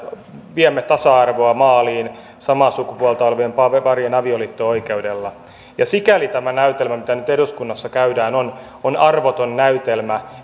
viemme tasa arvoa maaliin samaa sukupuolta olevien parien avioliitto oikeudella sikäli tämä näytelmä mitä nyt eduskunnassa käydään on on arvoton näytelmä